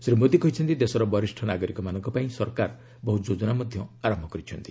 ଶ୍ରୀ ମୋଦୀ କହିଛନ୍ତି ଦେଶର ବରିଷ୍ଠ ନାଗରିକମାନଙ୍କ ପାଇଁ ସରକାର ବହୁ ଯୋଜନା ମଧ୍ୟ ଆରମ୍ଭ କରିଛନ୍ତି